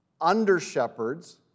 under-shepherds